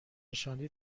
نشانی